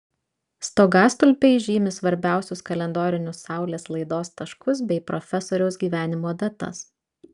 stogastulpiai žymi svarbiausius kalendorinius saulės laidos taškus bei profesoriaus gyvenimo datas